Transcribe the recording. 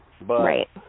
Right